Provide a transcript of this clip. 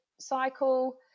cycle